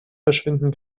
verschwinden